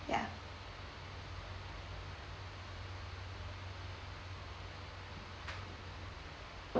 ya